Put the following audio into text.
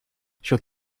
she’ll